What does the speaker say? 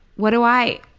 what do i.